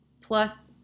plus